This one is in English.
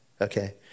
Okay